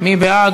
מי בעד?